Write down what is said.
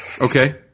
Okay